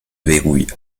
verrouille